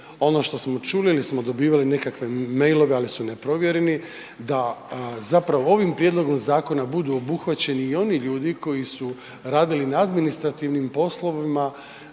ono što smo čuli ili smo dobivali nekakve mailove, ali su neprovjereni da zapravo ovim prijedlogom zakonom budu obuhvaćeni i oni ljudi koji su radili na administrativnim poslovima